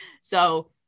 so-